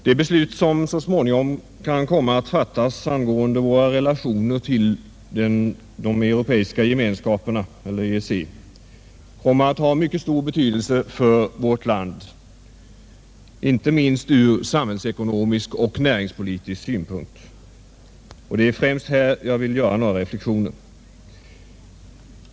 Det beslut som så småningom kan komma att fattas angående våra relationer till de europeiska gemenskaperna, eller EEC, kommer att få mycket stor betydelse för vårt land, inte minst från samhällsekonomisk och näringspolitisk synpunkt, och det är främst där som jag vill göra några reflexioner.